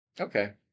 Okay